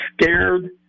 scared